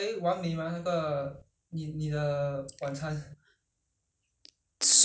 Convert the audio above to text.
just steam it I mean you put the water just cook it soft then that's it